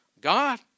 God